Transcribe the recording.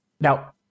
Now